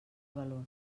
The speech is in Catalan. valor